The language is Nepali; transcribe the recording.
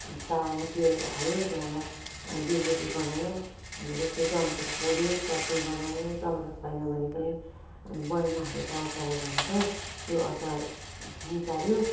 अन्त तावामा तेल हाल्यो त्यहाँबाट गिलो रोटी बनायो अन्त जस्तै टमाटर पोल्यो चटनी बनायो टमाटर छैन भने पनि बएममा हालेको अचारहरू हुन्छ त्यो अचार निकाल्यो